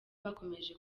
bakomeje